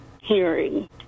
Hearing